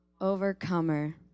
Overcomer